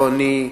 לא אני,